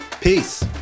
Peace